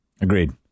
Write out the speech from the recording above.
Agreed